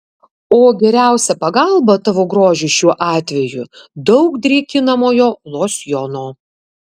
o geriausia pagalba tavo grožiui šiuo atveju daug drėkinamojo losjono